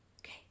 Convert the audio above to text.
Okay